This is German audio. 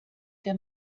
der